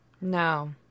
No